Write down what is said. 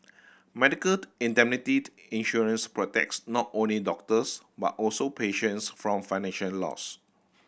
medical indemnity insurance protects not only doctors but also patients from financial loss